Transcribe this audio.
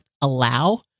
allow